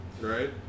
Right